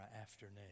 afternoon